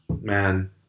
man